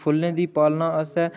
फुल्लें दी पालना असें